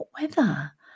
weather